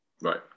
Right